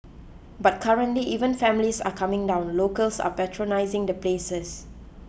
but currently even families are coming down locals are patronising the places